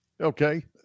Okay